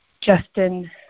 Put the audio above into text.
Justin